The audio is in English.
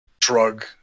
drug